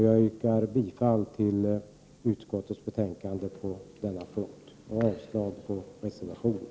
Jag yrkar bifall till utskottets hemställan och avslag på reservationen.